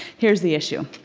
here's the issue.